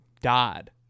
died